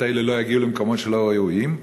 האלה לא יגיעו למקומות לא ראויים,